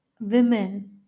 women